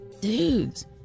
dudes